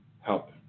help